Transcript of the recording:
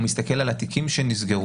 הוא מסתכל על התיקים שנסגרו.